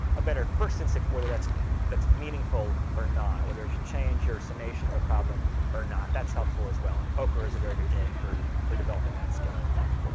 a better first instinct, whether that's that's meaningful or not, whether it should change your summation of a problem or not, that's helpful as well. and poker is a very game for for developing that skill, i think.